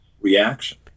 reaction